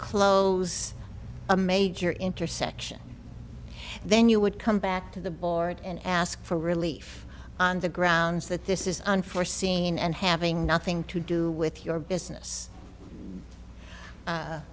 close a major intersection then you would come back to the board and ask for relief on the grounds that this is unforeseen and having nothing to do with your business